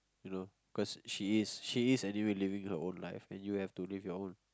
you know cause she is she is living her own life and you have to live your own